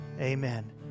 Amen